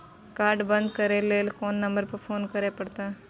Card बन्द करे ल कोन नंबर पर फोन करे परतै?